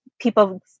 people